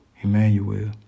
Emmanuel